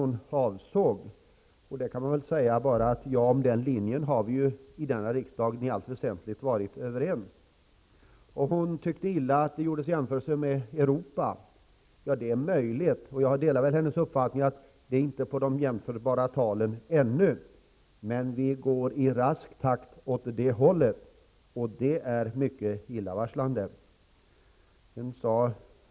Om denna linje har vi i riksdagen i allt väsentligt varit överens. Hon tyckte illa om att det gjordes jämförelser med Europa. Jag delar hennes uppfattning att våra arbetslöshetstal ännu inte är jämförbara med många länders i det övriga Europa, men vi går i rask takt åt det hållet, och det är mycket illavarslande.